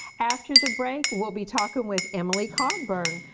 after the break will be talking with emily cogburn,